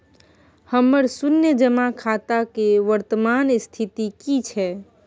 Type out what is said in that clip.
हमर शुन्य जमा खाता के वर्तमान स्थिति की छै?